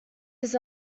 his